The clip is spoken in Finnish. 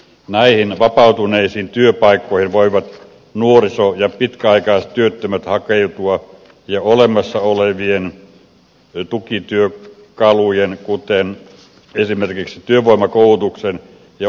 näihin vapautuneisiin työpaikkoihin voivat nuoriso ja pitkäaikaistyöttömät hakeutua jo olemassa olevien tukityökalujen kuten esimerkiksi työvoimakoulutuksen ja oppisopimuksen avulla